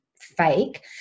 fake